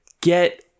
get